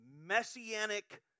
messianic